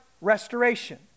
restoration